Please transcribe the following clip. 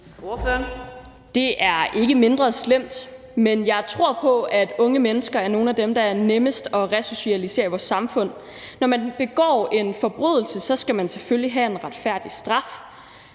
Det er ikke mindre slemt, men jeg tror på, at unge mennesker er nogle af dem, der er nemmest at resocialisere i vores samfund. Når man begår en forbrydelse, skal man selvfølgelig have en retfærdig straf,